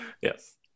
Yes